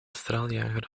straaljager